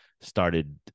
started